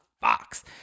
fox